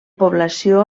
població